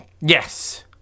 Yes